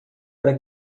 para